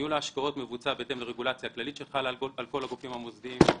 ניהול ההשקעות מבוצע בהתאם לרגולציה כללית שחלה על כל הגופים המוסדיים.